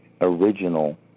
original